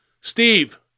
Steve